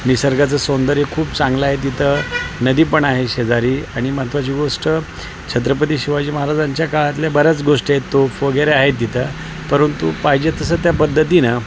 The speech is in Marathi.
निसर्गाचं सौंदर्य खूप चांगलं आहे तिथं नदी पण आहे शेजारी आणि महत्त्वाची गोष्ट छत्रपती शिवाजी महाराजांच्या काळातल्या बऱ्याच गोष्टी आहेत तोफ वगैरे आहेत तिथं परंतु पाहिजे तसं त्या पद्धती ना